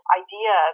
idea